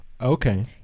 Okay